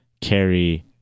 carry